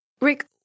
Rick